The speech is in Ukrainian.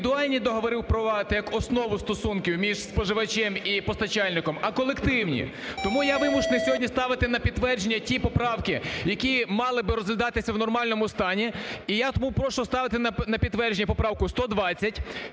я вимушений сьогодні ставити на підтвердження ті поправки, які мали би розглядатися у нормальному стані, і я тому прошу ставити на підтвердження поправку 120